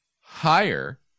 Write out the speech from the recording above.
higher